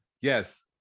Yes